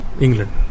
England